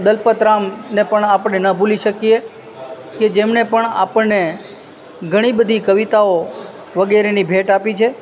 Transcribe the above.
દલપતરામને પણ આપણે ન ભૂલી શકીએ કે જેમને પણ આપણને ઘણી બધી કવિતાઓ વગેરેની ભેટ આપી છે